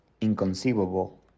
inconceivable